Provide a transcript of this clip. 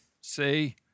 See